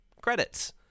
credits